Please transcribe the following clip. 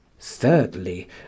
Thirdly